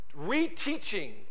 reteaching